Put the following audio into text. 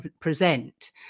present